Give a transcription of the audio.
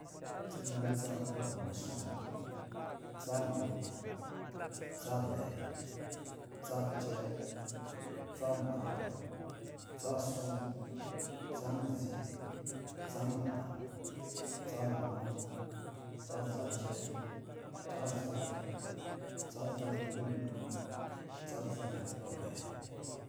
Ntsɛ atsa kɔ̄ ba dɔ̄ musɔ nnɛ tsa lo, tsa abɛɛ, tsa acɛɛ, tsa anarɔ, tsa asoo, tsa amizi tsa mata, tsa runɔ, tsa zacɛ tsa zabɛ, tsa zabɛ plɔ lon tsa zabɛ plɔ abɛɛ.